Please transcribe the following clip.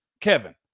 Kevin